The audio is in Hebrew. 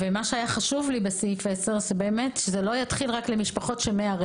היה חשוב לי בסעיף 10 שזה לא יתחיל רק למשפחות מעכשיו